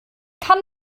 kann